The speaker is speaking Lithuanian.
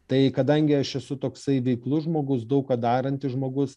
tai kadangi aš esu toksai veiklus žmogus daug ką darantis žmogus